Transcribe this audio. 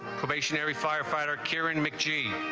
stationary firefighter gear and make g.